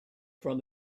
from